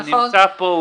הוא נמצא פה,